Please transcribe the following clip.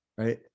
Right